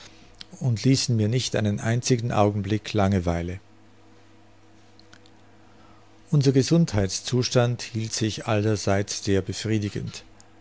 und ließen mir nicht einen einzigen augenblick langeweile unser gesundheitszustand hielt sich allerseits sehr befriedigend